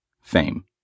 Fame